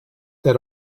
that